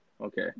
Okay